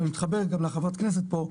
ואני מתחבר גם לחברת כנסת פה,